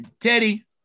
Teddy